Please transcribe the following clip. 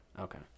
Okay